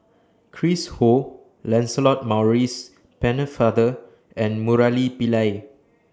Chris Ho Lancelot Maurice Pennefather and Murali Pillai